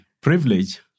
privilege